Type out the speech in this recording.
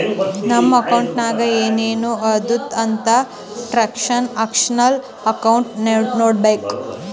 ನಮ್ ಅಕೌಂಟ್ನಾಗ್ ಏನೇನು ಆತುದ್ ಅಂತ್ ಟ್ರಾನ್ಸ್ಅಕ್ಷನಲ್ ಅಕೌಂಟ್ ನೋಡ್ಬೇಕು